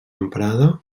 emprada